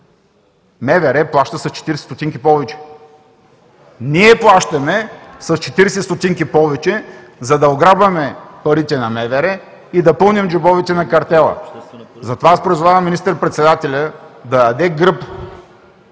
МВР плаща с 40 стотинки повече. Ние плащаме с 40 стотинки повече, за да ограбваме парите на МВР и да пълним джобовете на картела. Затова аз призовавам министър-председателя да даде гръб